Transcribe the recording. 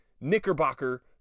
Knickerbocker